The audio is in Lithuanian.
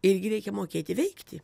irgi reikia mokėti veikti